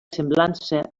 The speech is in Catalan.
semblança